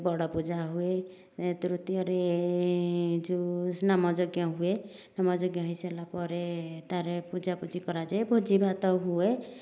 ବଡ଼ ପୂଜା ହୁଏ ତୃତୀୟରେ ଯେଉଁ ନାମଯଜ୍ଞ ହୁଏ ନାମଯଜ୍ଞ ହୋଇସାରିଲା ପରେ ତା'ପରେ ପୂଜାପୂଜି କରାଯାଏ ଭୋଜି ଭାତ ହୁଏ